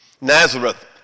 Nazareth